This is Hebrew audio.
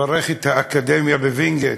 ולברך את האקדמיה בווינגייט,